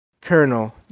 Colonel